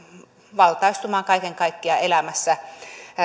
valtaistumaan kaiken kaikkiaan elämässä